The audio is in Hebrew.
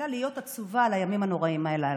אלא להיות עצובה על הימים הנוראים הללו,